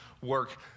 work